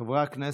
חברי הכנסת,